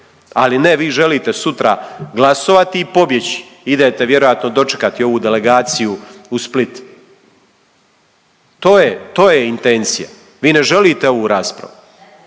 Ali ne, vi želite sutra glasovati i pobjeći, idete vjerojatno dočekati ovu delegaciju u Split. To je intencija. Vi ne želite ovu raspravu,